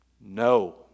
no